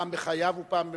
פעם בחייו ופעם במותו,